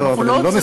אנחנו לא,